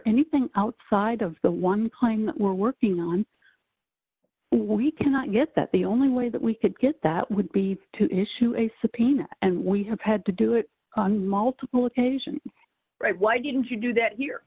anything outside of the one playing that we're working on we cannot get that the only way that we could get that would be to issue a subpoena and we have had to do it on multiple occasions right why didn't you do that here